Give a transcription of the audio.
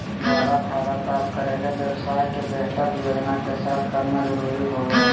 ज्यादा फायदा प्राप्त करे ले व्यवसाय के बेहतर योजना के साथ करना जरुरी होबो हइ